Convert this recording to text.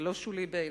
זה לא שולי בעיני,